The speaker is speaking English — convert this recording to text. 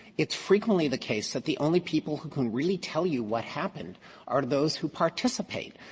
it's frequently the case that the only people who can really tell you what happened are those who participate.